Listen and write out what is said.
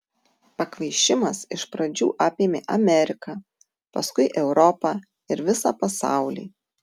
pakvaišimas iš pradžių apėmė ameriką paskui europą ir visą pasaulį